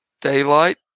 daylight